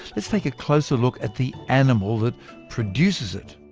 let's take a closer look at the animal that produces it.